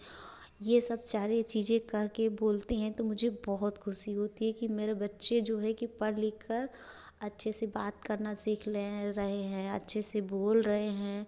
यह सब सारी चीज़ें कह कर बोलते हैं तो मुझे बहुत खुशी होती है कि मेरे बच्चे जो हैं कि पढ़ लिख कर अच्छे से बात करना सीख रहे रहे हैं रहे हैं अच्छे से बोल रहे हैं